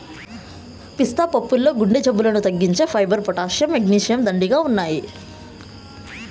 పిస్తా పప్పుల్లో గుండె జబ్బులను తగ్గించే ఫైబర్, పొటాషియం, మెగ్నీషియం, దండిగా ఉన్నాయి